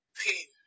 pain